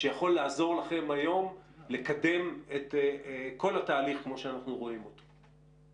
שיכול לעזור לכם היום לקדם את כל התהליך כמו שאנחנו רואים אותו?